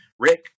Rick